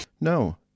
No